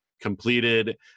completed